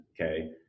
okay